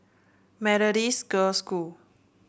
Methodist Girls' School